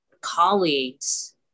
colleagues